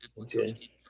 Okay